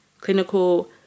clinical